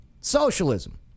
Socialism